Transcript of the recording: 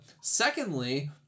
secondly